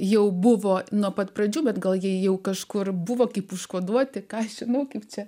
jau buvo nuo pat pradžių bet gal ji jau kažkur buvo kaip užkoduoti kasimo kaip čia